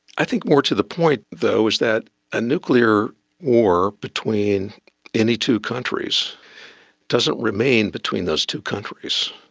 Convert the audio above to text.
i think more to the point though is that a nuclear war between any two countries doesn't remain between those two countries.